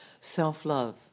Self-love